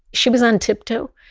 she was on tip-toe,